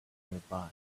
nearby